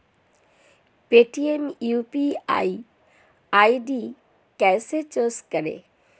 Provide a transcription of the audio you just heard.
Paytm UPI ID कैसे change करें?